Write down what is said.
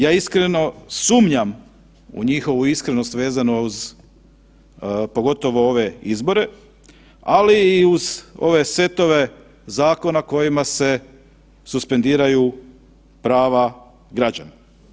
Ja iskreno sumnjam u njihovu iskrenost vezano uz, pogotovo ove izbore, ali i uz ove setove zakona kojima se suspendiraju prava građana.